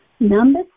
Number